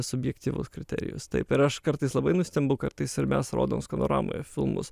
subjektyvus kriterijus taip ir aš kartais labai nustembu kartais ir mes rodom skanoramoje filmus